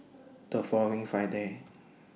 The following Friday